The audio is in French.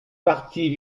partit